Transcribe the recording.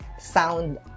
sound